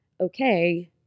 okay